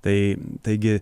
tai taigi